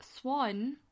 swan